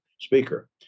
Speaker